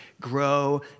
grow